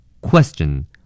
Question